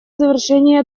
завершения